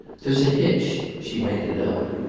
there's a hitch. she made it out.